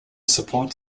support